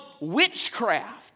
witchcraft